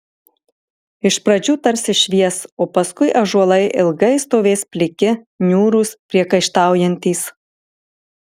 iš pradžių tarsi švies o paskui ąžuolai ilgai stovės pliki niūrūs priekaištaujantys